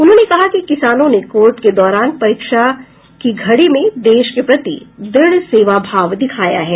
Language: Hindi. उन्होंने कहा कि किसानों ने कोविड के दौरान परीक्षा घड़ी में देश के प्रति द्रढ़ सेवा भाव दिखाया है